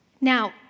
Now